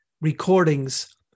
recordings